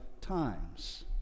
times